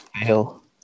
fail